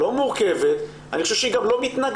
לא מורכבת ואני חושב שהיא גם לא מתנגחת.